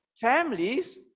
families